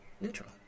neutral